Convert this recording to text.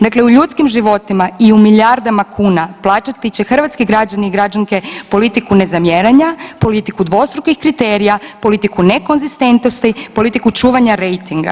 Dakle, u ljudskim životima i u milijardama kuna plaćati će hrvatski građani i građanke politiku nezamjeranja, politiku dvostrukih kriterija, politiku nekonzistentnosti, politiku čuvanja rejtinga.